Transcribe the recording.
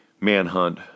manhunt